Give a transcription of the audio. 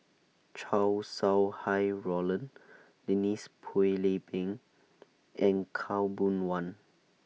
Chow Sau Hai Roland Denise Phua Lay Peng and Khaw Boon Wan